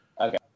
Okay